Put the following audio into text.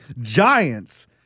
giants